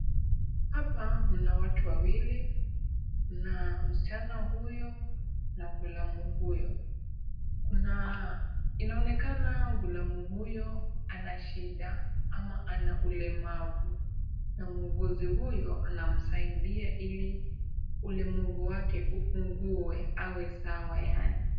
Hapa kuna watu wawili, kuna msichana huyo na ghulamu huyo na inaonekana ghulamu huyo ana shida ama ana ulemavu na muuguzi huyo anamsaidia ili ulemavu wake upungue, awe sawa yaani.